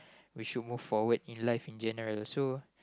we should move forward in life in general so